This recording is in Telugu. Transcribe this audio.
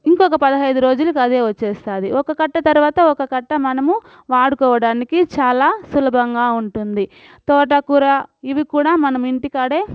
ఇంకొక పదహైదు రోజులకి అదే వచ్చేస్తుంది ఒక కట్ట తరువాత ఒక కట్ట మనము వాడుకోవడానికి చాలా సులభంగా ఉంటుంది తోట కూర ఇవి కూడా మనం ఇంటికాడే